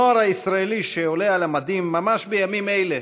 הנוער הישראלי שעולה על מדים ממש בימים אלה,